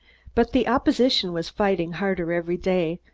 but the opposition was fighting harder every day,